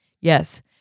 Yes